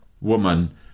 woman